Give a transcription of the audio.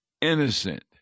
innocent